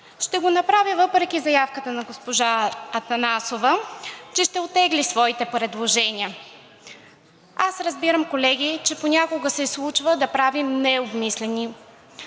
Ще го направя въпреки заявката на госпожа Атанасова, че ще оттегли своите предложения. Аз разбирам, колеги, че понякога се случва да правим необмислени